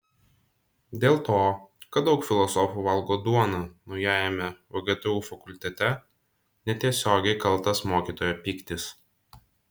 dėl to kad daug filosofų valgo duoną naujajame vgtu fakultete netiesiogiai kaltas mokytojo pyktis